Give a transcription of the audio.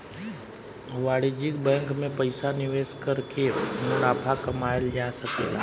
वाणिज्यिक बैंकिंग में पइसा निवेश कर के मुनाफा कमायेल जा सकेला